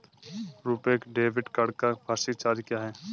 RuPay debit card का वार्षिक charge क्या है?